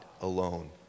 alone